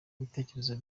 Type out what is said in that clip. ibitekerezo